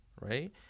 right